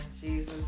Jesus